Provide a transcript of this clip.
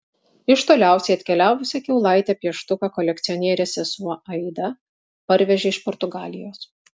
iš toliausiai atkeliavusią kiaulaitę pieštuką kolekcionierės sesuo aida parvežė iš portugalijos